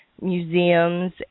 museums